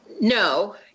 no